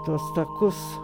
tuos takus